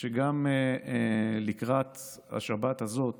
שגם לקראת השבת הזאת